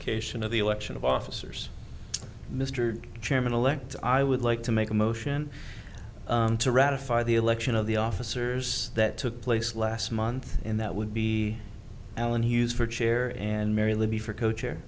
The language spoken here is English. ication of the election of officers mr chairman elect i would like to make a motion to ratify the election of the officers that took place last month and that would be alan hughes for chair and mary libby for co chair